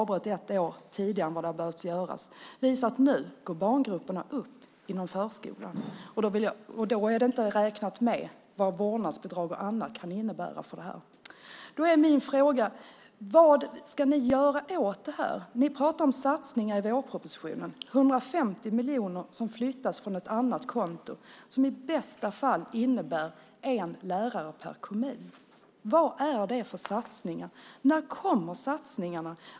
Det visar sig ju nu att barngrupperna inom förskolan växer. Då är det inte medräknat vad vårdnadsbidrag och annat kan innebära i sammanhanget. Min fråga blir därför: Vad ska ni göra åt det här? I vårpropositionen pratar ni om satsningar. Men det handlar om 150 miljoner som flyttas från ett annat konto och som i bästa fall innebär en lärare per kommun. Vad är det för satsning? När kommer alltså satsningarna?